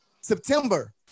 September